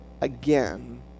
again